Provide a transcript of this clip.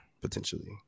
potentially